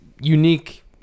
unique